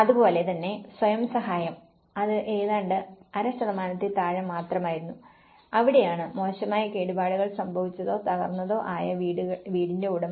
അതുപോലെ തന്നെ സ്വയം സഹായം അത് ഏതാണ്ട് അര ശതമാനത്തിൽ താഴെ മാത്രമായിരുന്നു അവിടെയാണ് മോശമായ കേടുപാടുകൾ സംഭവിച്ചതോ തകർന്നതോ ആയ വീടിന്റെ ഉടമ